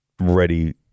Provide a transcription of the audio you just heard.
ready